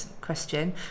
question